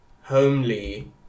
homely